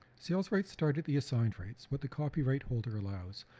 sales rights start at the assigned rights what the copyright holder allows,